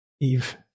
eve